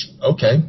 okay